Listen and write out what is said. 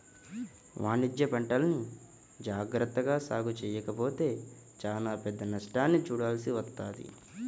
వాణిజ్యపంటల్ని జాగర్తగా సాగు చెయ్యకపోతే చానా పెద్ద నష్టాన్ని చూడాల్సి వత్తది